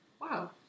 wow